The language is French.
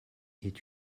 est